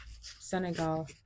Senegal